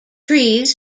trees